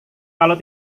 kalau